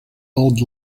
old